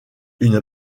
une